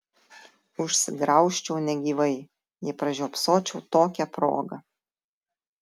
užsigraužčiau negyvai jei pražiopsočiau tokią progą